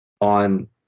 on